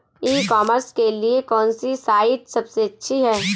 ई commerce के लिए कौनसी साइट सबसे अच्छी है?